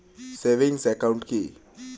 Savings account কি?